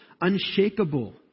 unshakable